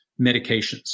medications